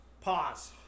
Pause